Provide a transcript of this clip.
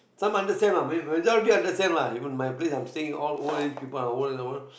some understand lah ah understand lah even my place I'm staying all old age people old old